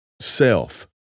self